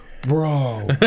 bro